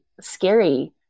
scary